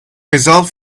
result